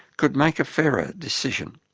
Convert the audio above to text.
could make a fairer decision.